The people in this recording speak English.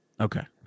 Okay